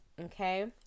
Okay